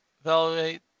evaluate